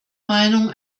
meinung